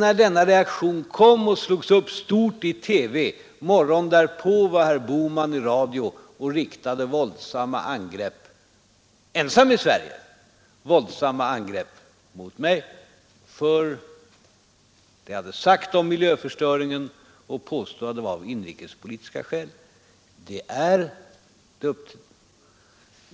när denna reaktion kom och slogs upp stort i TV så var herr Bohman i radio morgonen därpå och riktade — ensam i Sverige — våldsamma angrepp mot mig för det jag hade sagt om miljöförstöringen och påstod att det var av inrikespolitiska skäl.